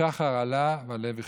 השחר עלה והלב החשיך.